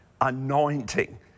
anointing